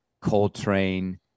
Coltrane